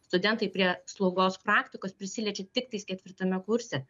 studentai prie slaugos praktikos prisiliečia tiktais ketvirtame kurse